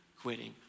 quitting